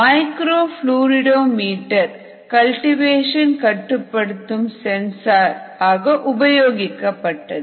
micro ஃப்ளூஇட்ஓ meter cultivation கட்டுப்படுத்தும் sensor ஆக உபயோகிக்கப்பட்டது